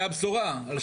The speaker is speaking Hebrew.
זה הבשורה?